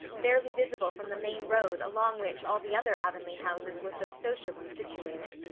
barely visible from the main road along which all the other avonlea houses were so sociably situated.